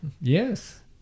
Yes